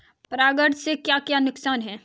परागण से क्या क्या नुकसान हैं?